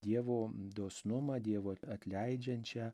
dievo dosnumą dievo atleidžiančią